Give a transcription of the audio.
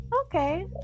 okay